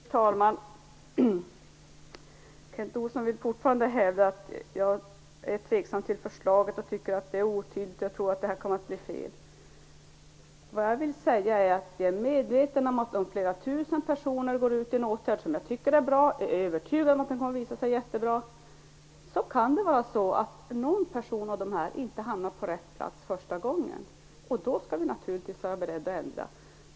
Fru talman! Kent Olsson vill fortfarande hävda att jag är tveksam till förslaget, att jag tycker att det är otydligt och att jag tror att detta kommer att bli fel. Det jag försöker säga är att jag är medveten om att om flera tusen personer går ut i en åtgärd som jag tycker är bra - jag är övertygad om att den kommer att visa sig vara jättebra - kan det vara så att någon person av alla dessa inte hamnar på rätt plats första gången. Då skall vi naturligtvis vara beredda att ändra på det.